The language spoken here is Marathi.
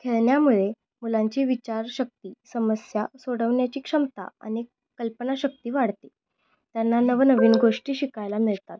खेळण्यामुळे मुलांची विचारशक्ती समस्या सोडवण्याची क्षमता आणि कल्पनाशक्ती वाढते त्यांना नवनवीन गोष्टी शिकायला मिळतात